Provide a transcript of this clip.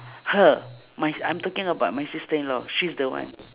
her my I'm talking about my sister-in-law she's the one